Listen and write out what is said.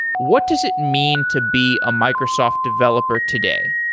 what does it mean to be a microsoft developer today?